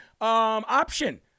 option